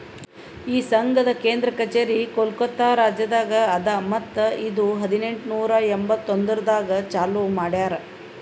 ಈ ಸಂಘದ್ ಕೇಂದ್ರ ಕಚೇರಿ ಕೋಲ್ಕತಾ ರಾಜ್ಯದಾಗ್ ಅದಾ ಮತ್ತ ಇದು ಹದಿನೆಂಟು ನೂರಾ ಎಂಬತ್ತೊಂದರಾಗ್ ಚಾಲೂ ಮಾಡ್ಯಾರ್